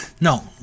no